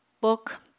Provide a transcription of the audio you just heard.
Book